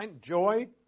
Joy